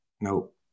Nope